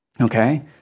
Okay